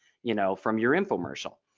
you know from your infomercial.